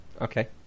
Okay